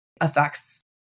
affects